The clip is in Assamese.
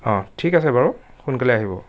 অঁ ঠিক আছে বাৰু সোনকালে আহিব